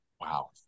Wow